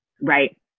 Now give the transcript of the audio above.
Right